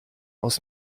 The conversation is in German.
aus